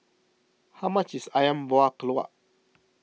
how much is Ayam Buah Keluak